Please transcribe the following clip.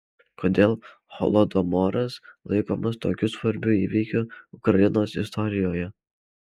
kodėl holodomoras laikomas tokiu svarbiu įvykiu ukrainos istorijoje